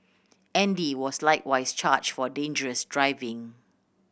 Andy was likewise charged for dangerous driving